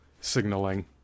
signaling